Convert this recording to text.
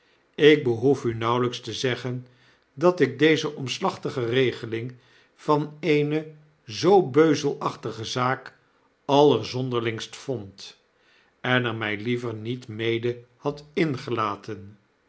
ik behoef u nauwelyks te zeggen dat ik deze omslachtige regeling van eene zoo beuzelachtige zaak allerzonderlingst vond en er my liever niet mede had ingelaten